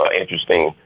interesting